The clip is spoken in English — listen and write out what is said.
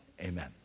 Amen